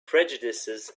prejudices